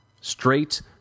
Straight